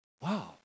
wow